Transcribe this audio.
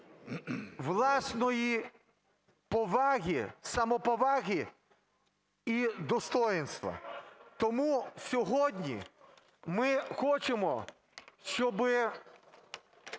власної поваги, самоповаги і достоїнства. Тому сьогодні ми хочемо, щоб